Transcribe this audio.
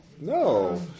No